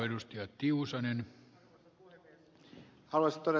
haluaisin todeta ed